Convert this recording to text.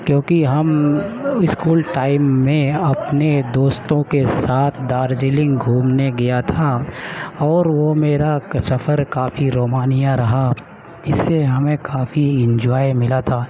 کیونکہ ہم school time میں اپنے دوستوں کے ساتھ دارجلنگ گھومنے گیا تھا اور وہ میرا کا سفر کافی رومانیہ رہا اس سے ہمیں کافی انجوائے ملا تھا